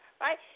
right